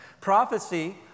Prophecy